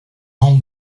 home